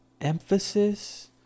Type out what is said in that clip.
Emphasis